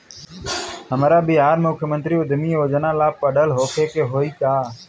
हमरा बिहार मुख्यमंत्री उद्यमी योजना ला पढ़ल होखे के होई का?